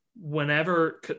whenever